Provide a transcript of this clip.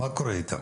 מה קורה איתם?